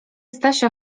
stasia